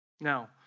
Now